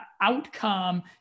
outcome